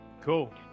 Cool